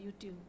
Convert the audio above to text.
YouTube